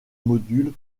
module